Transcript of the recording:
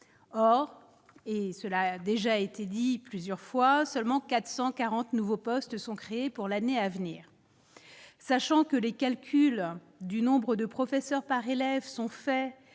or et cela a déjà été dit plusieurs fois, seulement 440 nouveaux postes sont créés pour l'année à venir, sachant que les calculs du nombre de professeurs par élève sont faits